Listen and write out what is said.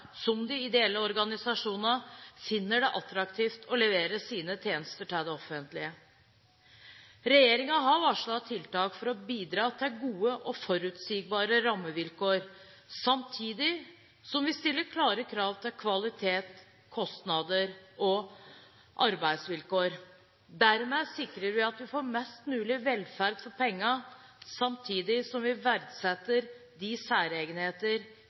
som de ideelle organisasjonene, finner det attraktivt å levere sine tjenester til det offentlige. Regjeringen har varslet tiltak for å bidra til gode og forutsigbare rammevilkår, samtidig som vi stiller klare krav til kvalitet, kostnader og arbeidsvilkår. Dermed sikrer vi at vi får mest mulig velferd for pengene, samtidig som vi verdsetter de særegenheter